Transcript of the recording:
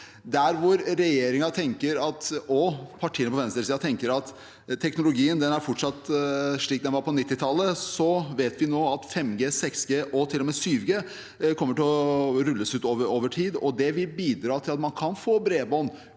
Der hvor regjeringen og partiene på venstresiden tenker at teknologien fortsatt er slik den var på 1990-tallet, så vet vi nå at 5G og 6G og til og med 7G kommer til å rulles ut over tid, og det vil bidra til at man kan få bredbånd